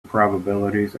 probabilities